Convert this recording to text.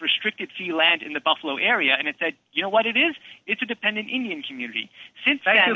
restricted if you land in the buffalo area and it said you know what it is it's a dependent indian community since